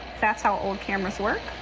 that's how old cameras work.